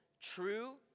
true